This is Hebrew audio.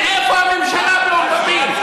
היום הורסים כל בנייה בנגב.